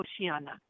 oceana